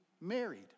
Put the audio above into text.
married